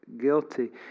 guilty